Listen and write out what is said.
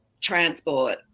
transport